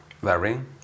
varying